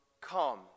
come